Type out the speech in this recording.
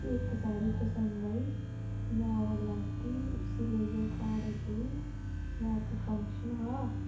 फ्ही इक साड़ी पंसद आई में ओह् लैती उसी लेइयै घर गेई में इक फंक्शन हा